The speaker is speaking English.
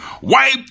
Wipe